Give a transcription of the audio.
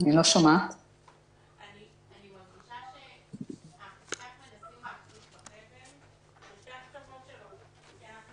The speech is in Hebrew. אני מרגישה שאנחנו קצת מנסים להחזיק את החבל בשני קצותיו כי אנחנו